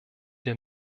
der